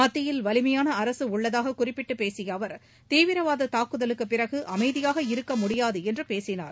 மத்தியில் வலிமையான அரசு உள்ளதாகக் குறிப்பிட்டு பேசிய அவர் தீவிரவாத தாக்குதலுக்குப்பிறகு அமைதியாக இருக்க முடியாது என்று பேசினார்